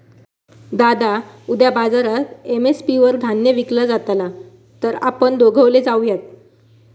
दादा उद्या बाजारात एम.एस.पी वर धान्य विकला जातला तर आपण दोघवले जाऊयात